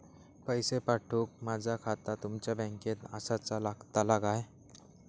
पैसे पाठुक माझा खाता तुमच्या बँकेत आसाचा लागताला काय?